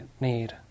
need